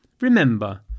Remember